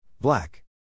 Black